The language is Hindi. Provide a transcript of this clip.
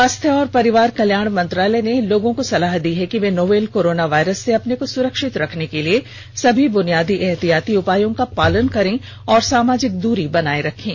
स्वास्थ्य और परिवार कल्याण मंत्रालय ने लोगों को सलाह दी है कि वे नोवल कोरोना वायरस से अपने को सुरक्षित रखने के लिए सभी बुनियादी एहतियाती उपायों का पालन करें और सामाजिक दूरी बनाए रखें